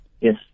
Yes